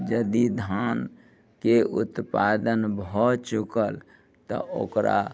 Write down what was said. यदि धानके उत्पादन भऽ चुकल तऽ ओकरा